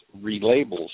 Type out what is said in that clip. relabels